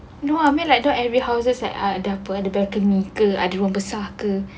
no I mean like not every houses like ada apa like balcony ke ada ruang besar ke